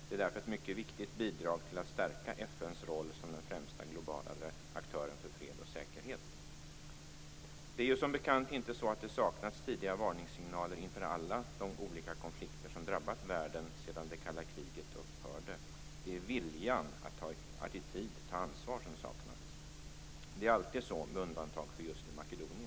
Det är därför ett mycket viktigt bidrag till att stärka FN:s roll som den främsta globala aktören för fred och säkerhet. Det har ju som bekant inte saknats tidiga varningssignaler inför alla de olika konflikter som drabbat världen sedan det kalla kriget upphörde. Det är viljan att i tid ta ansvar som saknats. Det är alltid så - med undantag för just Makedonien.